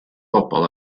bobl